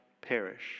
perish